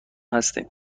هستیم